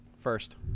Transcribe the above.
First